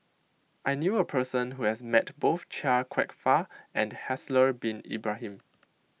I knew a person who has met both Chia Kwek Fah and Haslir Bin Ibrahim